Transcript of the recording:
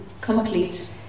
complete